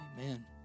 Amen